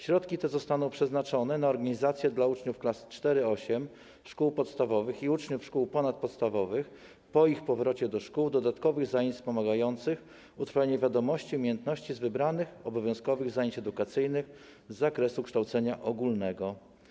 Środki te zostaną przeznaczone na organizację dla uczniów klas IV-VIII szkół podstawowych i uczniów szkół ponadpodstawowych, po ich powrocie do szkół, dodatkowych zajęć wspomagających utrwalenie wiadomości i umiejętności z wybranych obowiązkowych zajęć edukacyjnych z zakresu kształcenia ogólnego.